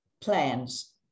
plans